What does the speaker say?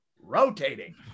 rotating